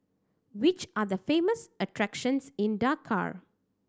which are the famous attractions in Dakar